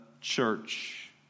church